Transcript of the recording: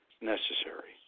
necessary